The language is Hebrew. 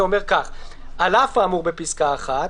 אומרת כדלקמן: "(2) על אף האמור בפסקה (1),